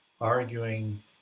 arguing